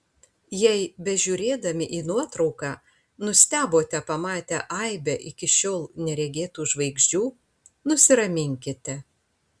jei bežiūrėdami į nuotrauką nustebote pamatę aibę iki šiol neregėtų žvaigždžių nusiraminkite